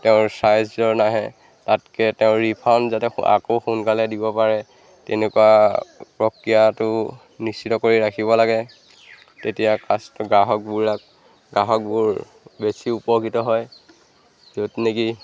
তেওঁৰ ছাইজৰ নাহে তাতকৈ তেওঁ ৰিফাণ্ড যাতে আকৌ সোনকালে দিব পাৰে তেনেকুৱা প্ৰক্ৰিয়াটো নিশ্চিত কৰি ৰাখিব লাগে তেতিয়া কাষ্ট গ্ৰাহকবোৰ গ্ৰাহকবোৰ বেছি উপকৃত হয় য'ত নেকি